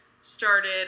started